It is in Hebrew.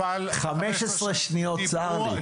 צר לי.